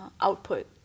output